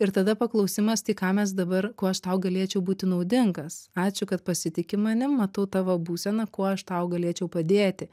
ir tada paklausimas tai ką mes dabar kuo aš tau galėčiau būti naudingas ačiū kad pasitiki manim matau tavo būseną kuo aš tau galėčiau padėti